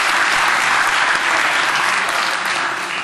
(מחיאות כפיים)